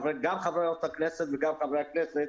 גם חברות הכנסת וגם חברי הכנסת